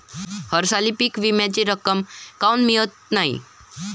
हरसाली पीक विम्याची रक्कम काऊन मियत नाई?